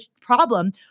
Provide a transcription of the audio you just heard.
problem